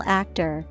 actor